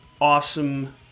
awesome